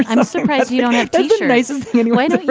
i'm surprised you don't have to use your eyes in any way.